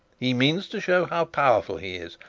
he means to show how powerful he is,